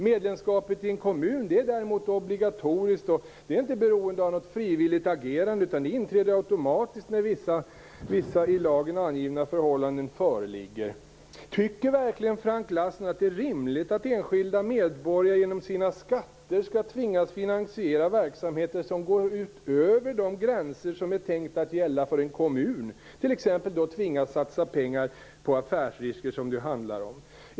Medlemskapet i en kommun är däremot obligatoriskt och inte beroende av något frivilligt agerande, utan det inträder automatiskt när vissa i lagen angivna förhållanden föreligger. Tycker verkligen Frank Lassen att det är rimligt att enskilda medborgare genom sina skatter skall tvingas att finansiera verksamheter som går utöver de gränser som är tänkta att gälla för en kommun, t.ex. att tvingas satsa pengar på affärsrisker som det ju handlar om?